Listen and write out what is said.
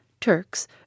Turks